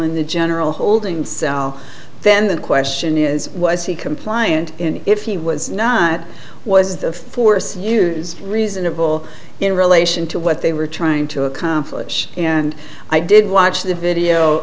in the general holding cell then the question is was he compliant and if he was not was the force used reasonable in relation to what they were trying to accomplish and i did watch the